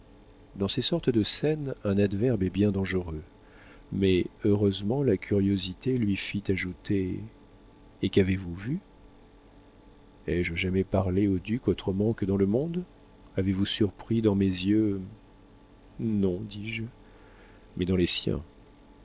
dans ces sortes de scènes un adverbe est bien dangereux mais heureusement la curiosité lui fit ajouter et qu'avez-vous vu ai-je jamais parlé au duc autrement que dans le monde avez-vous surpris dans mes yeux non dis-je mais dans les siens